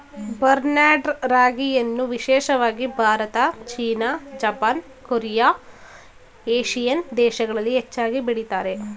barnyard ರಾಗಿಯನ್ನು ವಿಶೇಷವಾಗಿ Bharat, China, Japan, Korea, Asian ದೇಶಗಳಲ್ಲಿ ಹೆಚ್ಚಾಗಿ ಬೆಳಿತಾರೆ